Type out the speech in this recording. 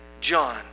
John